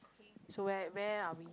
so where where are we